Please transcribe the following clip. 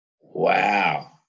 Wow